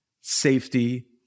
safety